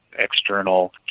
external